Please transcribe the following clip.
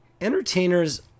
Entertainers